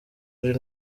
ari